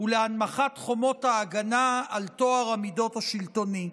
ולהנמכת חומות ההגנה על טוהר המידות השלטוני.